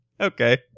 Okay